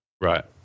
Right